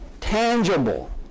tangible